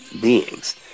beings